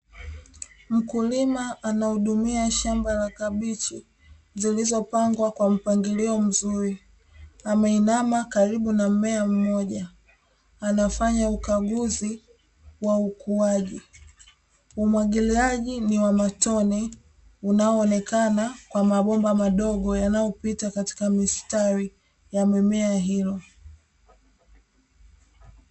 Mkulima anahudumia kabwechi, zilizopangwa kwa karibu na ye ukaguzi wa ukuaji umwagiliaji ni wa matone unaonekana kwa mabomba madogo yanayopita katika mistari ya mimea hiyo